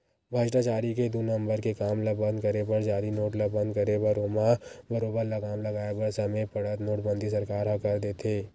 भस्टाचारी के दू नंबर के काम ल बंद करे बर जाली नोट ल बंद करे बर ओमा बरोबर लगाम लगाय बर समे पड़त नोटबंदी सरकार ह कर देथे